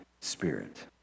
Spirit